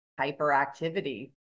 hyperactivity